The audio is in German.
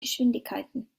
geschwindigkeiten